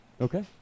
Okay